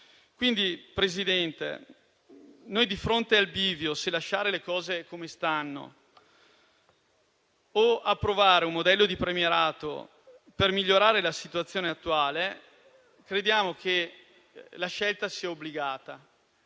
Signora Presidente, di fronte al bivio se lasciare le cose come stanno o approvare un modello di premierato per migliorare la situazione attuale, noi crediamo che la scelta sia obbligata,